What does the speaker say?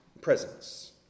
presence